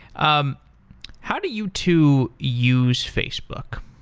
um how do you two use facebook?